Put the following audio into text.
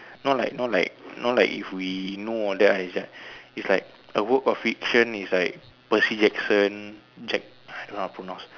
not like not like not like if we know all that ah it's like it's like a work of fiction is like Percy-Jackson Jack I don't know how to pronounce